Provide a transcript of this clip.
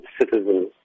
citizens